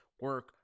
Work